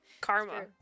Karma